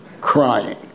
crying